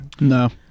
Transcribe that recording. No